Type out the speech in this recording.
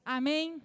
amém